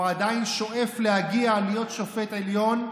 הוא עדיין שואף להגיע להיות שופט עליון,